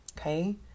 Okay